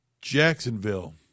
Jacksonville